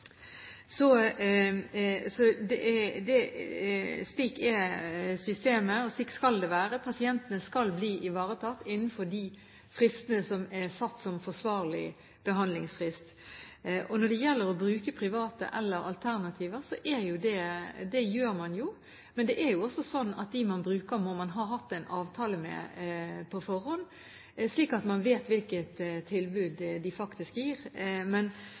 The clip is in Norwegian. Slik er systemet, og slik skal det være. Pasientene skal bli ivaretatt innenfor de fristene som er satt som forsvarlige behandlingsfrister. Når det gjelder å bruke private eller alternativer, gjør man jo det, men det er også sånn at dem man bruker, må man ha hatt en avtale med på forhånd, slik at man vet hvilket tilbud de faktisk gir.